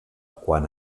quan